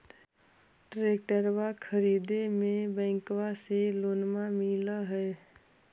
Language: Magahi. ट्रैक्टरबा खरीदे मे बैंकबा से लोंबा मिल है?